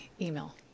email